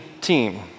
team